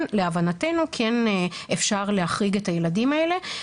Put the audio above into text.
להבנתנו כן אפשר להחריד את הילדים האלה.